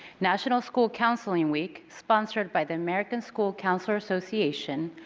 national school counseling week, sponsored by the american school counselor association,